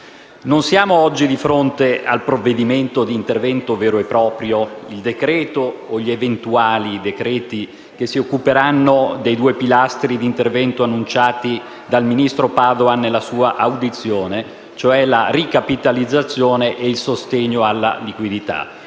Non siamo oggi di fronte al provvedimento vero e proprio, al decreto-legge o agli eventuali decreti-legge che si occuperanno dei due pilastri di intervento annunciati dal ministro Padoan nella sua audizione, cioè la ricapitalizzazione e il sostegno alla liquidità.